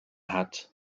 hat